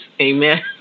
Amen